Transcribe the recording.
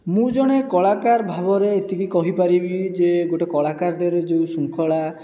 ମୁଁ ଜଣେ କଳାକାର ଭାବରେ ଏତିକି କହି ପାରିବି ଯେ ଗୋଟିଏ କଳାକାର ଦେହରେ ଯେଉଁ ଶୃଙ୍ଖଳା